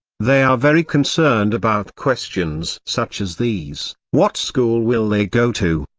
they are very concerned about questions such as these what school will they go to?